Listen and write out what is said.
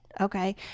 Okay